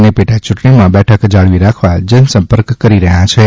અને પેટા ચૂંટણીમાં બેઠક જાળવી રાખવા જનસંપર્ક કરી રહ્યાછે